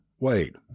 wait